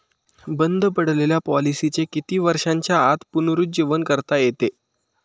बंद पडलेल्या पॉलिसीचे किती वर्षांच्या आत पुनरुज्जीवन करता येते?